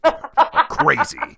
crazy